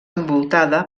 envoltada